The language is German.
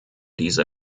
diese